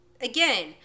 again